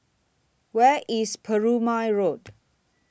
Where IS Perumal Road